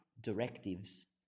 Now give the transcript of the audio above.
directives